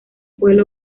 pueblo